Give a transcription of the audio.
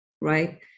right